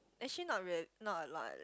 actually not reall~ not a lot